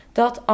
dat